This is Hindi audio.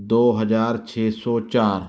दो हजार छः सो चार